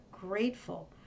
grateful